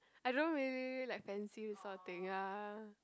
I don't really like fancy this sort of thing ya